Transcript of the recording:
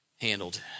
handled